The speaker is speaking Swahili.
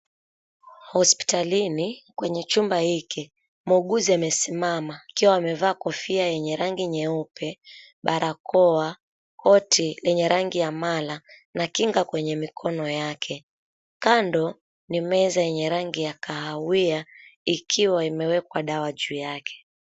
Hospitalini kwenye chumba hiki muuguzi amesimama akiwa amevaa kofia yenye rangi nyeupe, barakoa, koti lenye rangi ya mala na kinga kwenye mikono yake. Kando ni meza yenye rangi ya kahawia ikiwa imewekwa dawa juu yake.